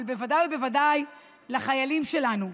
אבל ודאי ובוודאי לחיילים שלנו,